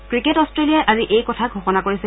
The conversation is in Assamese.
ক্ৰিকেট অষ্ট্ৰেলিয়াই আজি এই কথা ঘোষণা কৰিছে